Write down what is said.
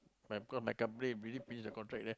my com my company already finish the contract there